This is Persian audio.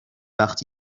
وقت